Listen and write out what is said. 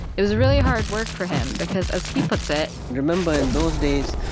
it was really hard work for him because, as he puts it. remember, in those days,